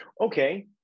Okay